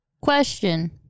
Question